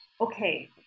okay